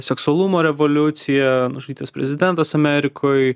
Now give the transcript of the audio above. seksualumo revoliucija nužudytas prezidentas amerikoj